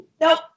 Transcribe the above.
Nope